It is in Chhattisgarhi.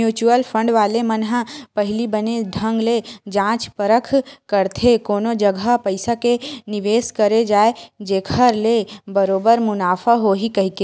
म्युचुअल फंड वाले मन ह पहिली बने ढंग ले जाँच परख करथे कोन जघा पइसा के निवेस करे जाय जेखर ले बरोबर मुनाफा होही कहिके